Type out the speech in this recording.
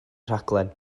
rhaglen